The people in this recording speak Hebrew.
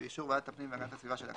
באישור ועדת הפנים והגנת הסביבה של הכנסת,